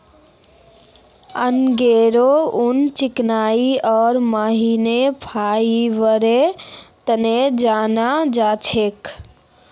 angora ऊन चिकनाई आर महीन फाइबरेर तने जाना जा छे